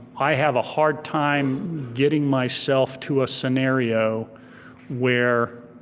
i have a hard time getting myself to a scenario where